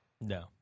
No